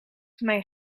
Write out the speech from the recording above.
mijn